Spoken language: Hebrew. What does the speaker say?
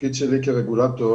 התפקיד שלי, כרגולטור,